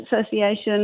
association